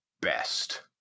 best